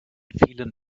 vielen